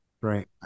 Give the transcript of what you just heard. Right